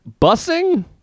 busing